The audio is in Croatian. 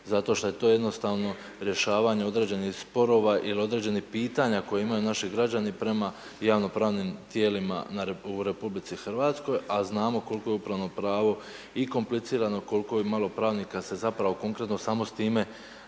Zato što je to jednostavno rješavanje određenih sporova il određenih pitanja koje imaju naši građani prema javnopravnim tijelima u RH, a znamo koliko je upravno pravo i komplicirano, kolko je malo pravnika se zapravo konkretno samo s time,